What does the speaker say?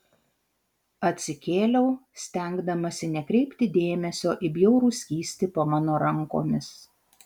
atsikėliau stengdamasi nekreipti dėmesio į bjaurų skystį po mano rankomis